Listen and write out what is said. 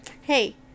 Hey